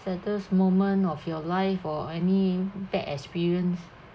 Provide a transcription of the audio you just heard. saddest moment of your life or any bad experience